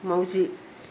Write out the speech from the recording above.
मावजि